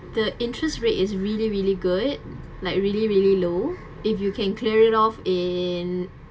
the interest rate is really really good like really really low if you can clear it off in